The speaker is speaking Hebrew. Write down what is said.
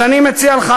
אז אני מציע לך,